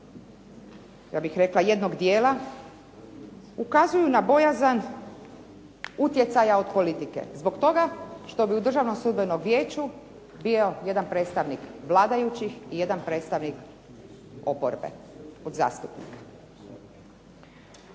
ja bih rekla jednog dijela, ukazuju na bojazan utjecaja politike, zbog toga što bi u Državnom sudbenom vijeću bio jedan predstavnik vladajućih i jedan predstavnik oporbe od zastupnika.